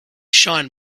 shine